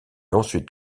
ensuite